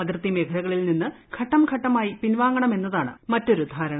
അതിർത്തി മേഖലകളിൽ നിന്ന് ഘട്ടം ഘട്ടമായി പിൻവാങ്ങണമെന്നതാണ് മറ്റൊരു ധാരണ